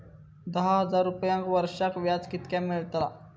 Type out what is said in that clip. दहा हजार रुपयांक वर्षाक व्याज कितक्या मेलताला?